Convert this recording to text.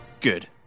Good